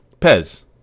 pez